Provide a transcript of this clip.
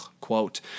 quote